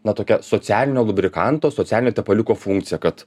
na tokią socialinio lubrikanto socialinio tepaliuko funkciją kad